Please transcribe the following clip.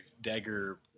dagger